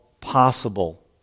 possible